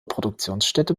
produktionsstätte